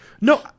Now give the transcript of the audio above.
No